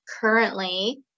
currently